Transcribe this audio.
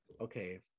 Okay